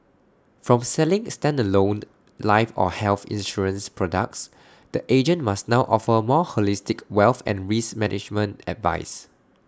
from selling standalone life or health insurance products the agent must now offer more holistic wealth and risk management advice